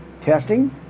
Testing